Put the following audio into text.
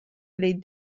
les